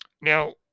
Now